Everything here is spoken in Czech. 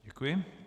Děkuji.